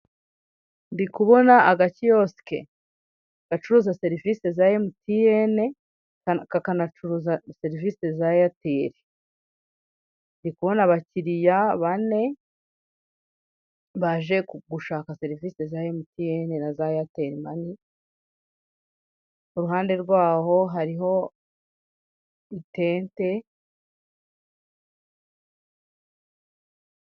Ndi kubona agakiyosike gacuruza serivisi za emutiyeni, kakanacuruza serivisi za eyateri. Ndi kubona abakiriya bane baje gushaka serivisi za emutiyeni n'iza eyateri mane. Ku ruhande rwabo hariho itente.